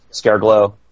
Scareglow